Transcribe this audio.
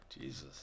Jesus